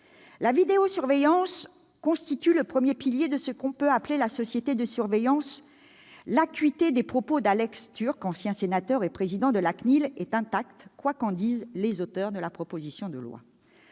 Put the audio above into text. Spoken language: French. La vidéosurveillance « constitue le premier pilier de ce qu'on peut appeler la " société de surveillance "»: l'acuité des propos d'Alex Türk, ancien sénateur et président de la CNIL, est intacte, quoi qu'en disent les auteurs de la proposition de loi.